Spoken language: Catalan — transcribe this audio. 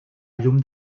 llum